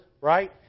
right